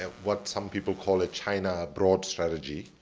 ah what some people call a china broad strategy,